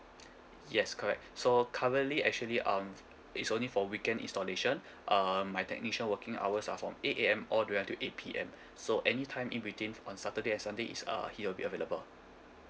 yes correct so currently actually um f~ it's only for weekend installation um my technician working hours are from eight A_M all the way until eight P_M so any time in between f~ on saturday and sunday is err he will be available